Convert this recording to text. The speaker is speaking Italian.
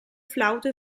flauto